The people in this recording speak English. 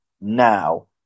now